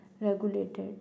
regulated